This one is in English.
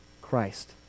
Christ